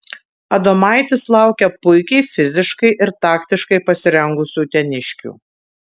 adomaitis laukia puikiai fiziškai ir taktiškai pasirengusių uteniškių